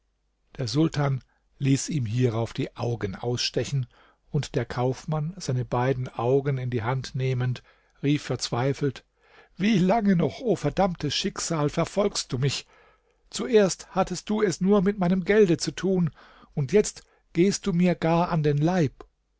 der sultan ließ ihm hierauf die augen ausstechen und der kaufmann seine beiden augen in die hand nehmend rief verzweifelt wie lange noch o verdammtes schicksal verfolgst du mich zuerst hattest du es nur mit meinem gelde zu tun und jetzt gehst du mir gar an den leib